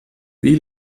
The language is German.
wie